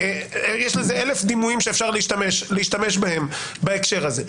יש לזה אלף דימויים שאפשר להשתמש בהקשר הזה.